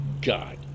god